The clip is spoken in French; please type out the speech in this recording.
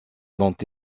dont